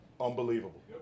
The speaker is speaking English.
unbelievable